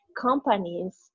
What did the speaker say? companies